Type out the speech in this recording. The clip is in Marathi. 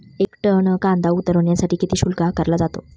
एक टन कांदा उतरवण्यासाठी किती शुल्क आकारला जातो?